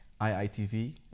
IITV